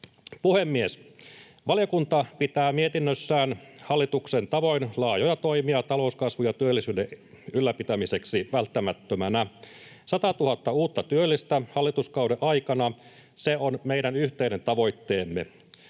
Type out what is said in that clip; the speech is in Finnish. Puhemies! Valiokunta pitää mietinnössään hallituksen tavoin laajoja toimia talouskasvun ja työllisyyden ylläpitämiseksi välttämättöminä. 100 000 uutta työllistä hallituskauden aikana on yhteinen tavoitteemme.